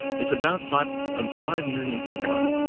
it's about five um five million to one.